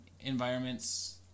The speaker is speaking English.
environments